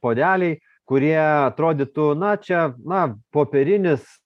puodeliai kurie atrodytų na čia na popierinis